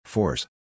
Force